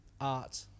art